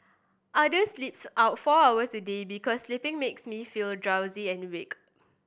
other sleeps our four hours a day because sleeping makes me feel drowsy and weak